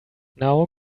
now